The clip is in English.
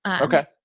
Okay